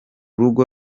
rugo